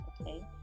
Okay